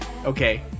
Okay